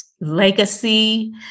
legacy